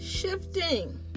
shifting